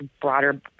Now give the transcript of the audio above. broader